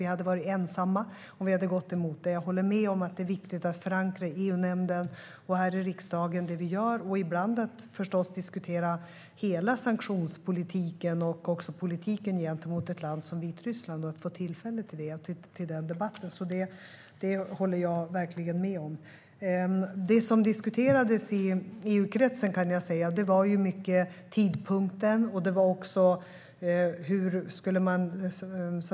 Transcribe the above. Vi hade varit ensamma om vi hade gått emot det. Jag håller med om att det är viktigt att i EU-nämnden och här i riksdagen förankra det som vi gör och att ibland förstås diskutera hela sanktionspolitiken och också politiken gentemot ett land som Vitryssland och få tillfälle till den debatten. Det håller jag verkligen med om. Det som diskuterades i EU-kretsen gällde tidpunkten och hur man så att säga skulle lyfta sanktionerna.